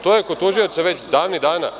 To je kod tužioca od davnih dana.